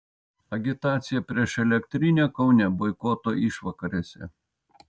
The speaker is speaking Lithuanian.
agitacija prieš elektrinę kaune boikoto išvakarėse